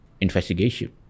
investigation